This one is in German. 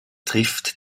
trifft